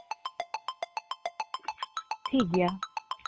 ᱴᱷᱤᱠ ᱜᱮᱭᱟ